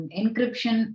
encryption